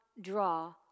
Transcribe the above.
draw